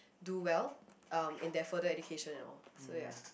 do well um in their further education and all so ya